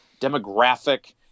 demographic